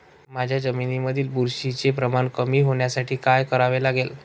माझ्या जमिनीमधील बुरशीचे प्रमाण कमी होण्यासाठी काय करावे लागेल?